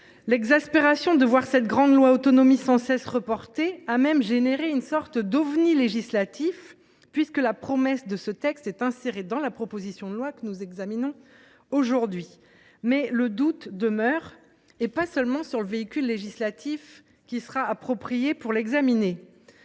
incessant de cette grande loi sur l’autonomie a même fait naître une sorte d’ovni législatif, puisque la promesse de ce texte est insérée dans la proposition de loi que nous examinons aujourd’hui. Cependant, le doute demeure, et pas seulement sur le véhicule législatif qui sera approprié pour l’examiner.